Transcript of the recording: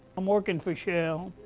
i'm working for shell.